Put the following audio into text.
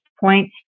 point